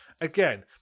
Again